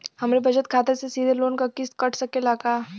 हमरे बचत खाते से सीधे लोन क किस्त कट सकेला का?